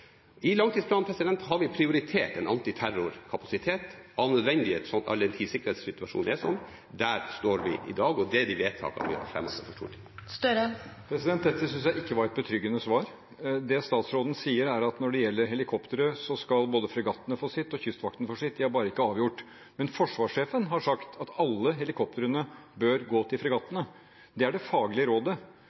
I langtidsplanen har vi prioritert en antiterrorkapasitet, av nødvendighet, all den tid sikkerhetssituasjonen er sånn. Der står vi i dag, og det er de vedtakene vi har fremmet for Stortinget. Dette synes jeg ikke var et betryggende svar. Det statsråden sier, er at når det gjelder helikoptre, skal både fregattene få sitt og Kystvakten få sitt, at de bare ikke har avgjort. Men forsvarssjefen har sagt at alle helikoptrene bør gå til fregattene. Det er det faglige rådet.